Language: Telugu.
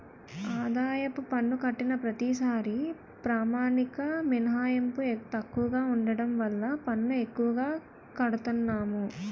ఆదాయపు పన్ను కట్టిన ప్రతిసారీ ప్రామాణిక మినహాయింపు తక్కువగా ఉండడం వల్ల పన్ను ఎక్కువగా కడతన్నాము